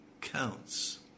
counts